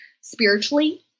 spiritually